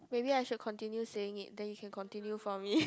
maybe I should continue saying it then you can continue for me